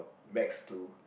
max two